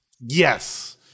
yes